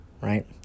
Right